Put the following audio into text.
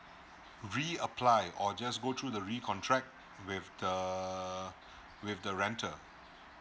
reapply or just go through the re contract with the with the renter